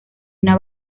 una